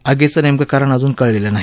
आगीचं नेमकं कारण अजून कळलेलं नाही